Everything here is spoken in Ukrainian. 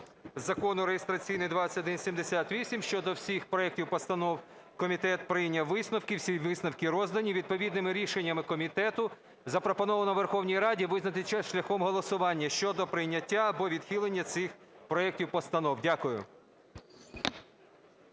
Закону (реєстраційний номер 2178) щодо всіх проектів постанов, комітет прийняв висновки, всі висновки роздані. Відповідними рішеннями комітету запропоновано Верховній Раді визначитися шляхом голосування щодо прийняття або відхилення цих проектів постанов. Дякую.